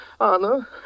Anna